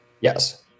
Yes